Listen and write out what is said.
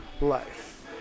life